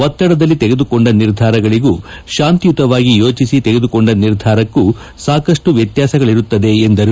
ಒತ್ತಡದಲ್ಲಿ ತೆಗೆದುಕೊಂಡ ನಿರ್ಧಾರಗಳಿಗೂ ಶಾಂತಿಯುತವಾಗಿ ಯೋಚಿಸಿ ತೆಗೆದುಕೊಂಡ ನಿರ್ಧಾರಕ್ಕೂ ಸಾಕಷ್ಟು ವ್ಯತ್ಯಾಸಗಳಿರುತ್ತದೆ ಎಂದರು